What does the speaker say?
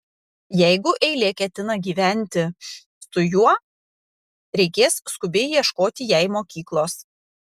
jeigu eilė ketina gyventi su juo reikės skubiai ieškoti jai mokyklos